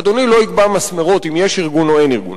אדוני לא יקבע מסמרות אם יש ארגון או אין ארגון.